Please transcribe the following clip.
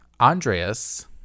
Andreas